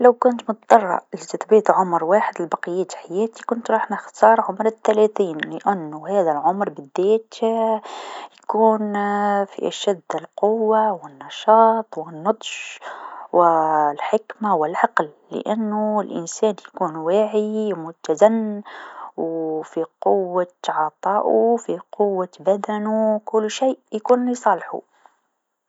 لو كنت مضطره لتثبيت عمر واحد لحياتي كنت راح نختار عمر الثلاثين لأنو هذا العمر بالذات يكون في أشد القوه و النشاط و النضج و الحكمه و العقل لأنو الإنسان يكون واعي و متزن و في قوت عطائو في قوة بدنو، كل شيء يكون لصالحو.